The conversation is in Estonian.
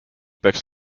peaks